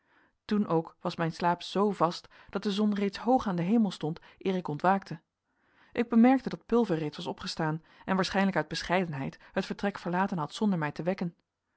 toen ook was mijn slaap zoo vast dat de zon reeds hoog aan den hemel stond eer ik ontwaakte ik bemerkte dat pulver reeds was opgestaan en waarschijnlijk uit bescheidenheid het vertrek verlaten had zonder mij te wekken